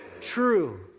true